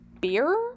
beer